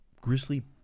grizzly